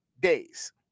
days